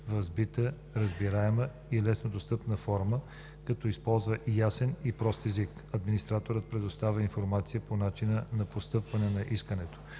в сбита, разбираема и леснодостъпна форма, като използва ясен и прост език. Администраторът предоставя информацията по начина на постъпване на искането.